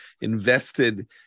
invested